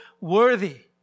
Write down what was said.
worthy